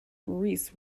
reese